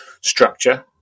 structure